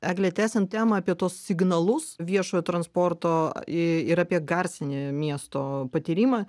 egle tęsiant temą apie tuos signalus viešojo transporto ir apie garsinį miesto patyrimą